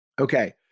Okay